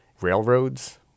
railroads